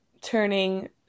turning